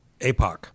APOC